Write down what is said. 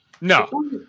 No